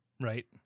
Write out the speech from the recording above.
Right